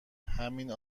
ریهمین